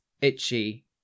itchy